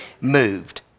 moved